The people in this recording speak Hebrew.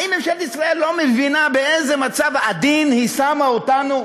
האם מדינת ישראל לא מבינה באיזה מצב עדין היא שמה אותנו?